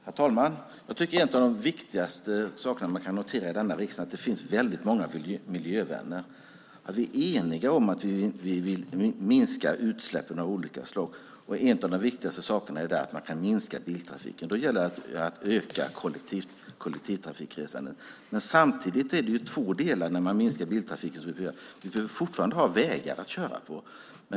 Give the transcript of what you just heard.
Herr talman! Jag tycker att en av de viktigaste sakerna man kan notera i denna riksdag är att det finns väldigt många miljövänner. Vi är eniga om att vi vill minska utsläppen av olika slag. En av de viktigaste sakerna är att man kan minska biltrafiken. Då gäller det att öka kollektivtrafikresandet. Samtidigt är det två delar när man minskar biltrafiken. Vi behöver fortfarande ha vägar att köra på.